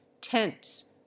tents